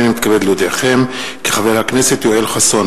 הנני מתכבד להודיעכם כי חבר הכנסת יואל חסון